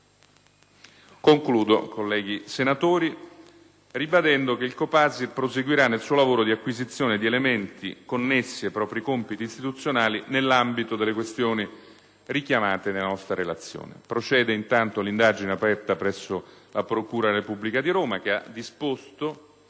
Concludo, colleghi senatori, ribadendo che il COPASIR proseguirà nel suo lavoro di acquisizione di elementi connessi ai propri compiti istituzionali nell'ambito delle questioni richiamate nella nostra relazione. Procede intanto l'indagine aperta presso la procura della Repubblica di Roma che ha disposto